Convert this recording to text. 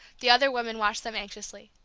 the other woman watched them anxiously.